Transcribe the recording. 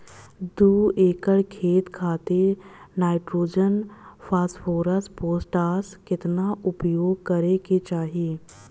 दू एकड़ खेत खातिर नाइट्रोजन फास्फोरस पोटाश केतना उपयोग करे के चाहीं?